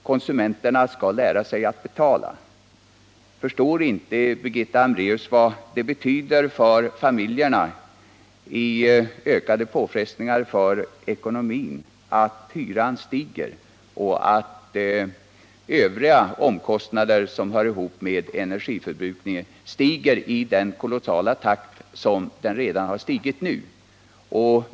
Konsumenterna skall lära sig att betala — men förstår inte Birgitta Hambraeus vad det betyder för familjerna i ökade påfrestningar för ekonomin att hyran stiger och att övriga omkostnader som hör ihop med energiförbrukningen stiger i den kolossalt snabba takt som de redan nu har gjort?